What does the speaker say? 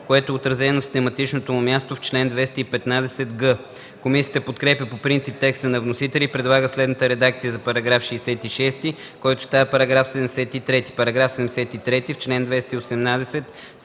което е отразено на систематичното му място в чл. 215г. Комисията подкрепя по принцип текста на вносителя и предлага следната редакция за § 66, който става § 73: „§ 73. В чл. 218 се